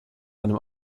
einem